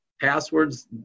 passwords